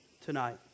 tonight